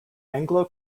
anglo